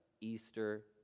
Easter